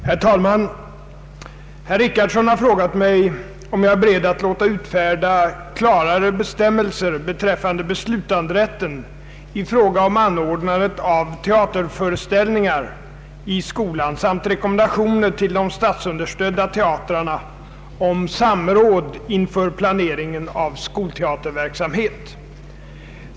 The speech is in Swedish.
Herr talman! Herr Richardson har frågat mig, om jag är beredd att låta utfärda klarare bestämmelser beträffande beslutanderätten i fråga om anordnandet av teaterföreställningar i skolan samt rekommendationer till de statsunderstödda teatrarna om samråd inför planeringen av skolteaterverksamhet.